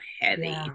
heavy